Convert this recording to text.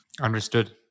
Understood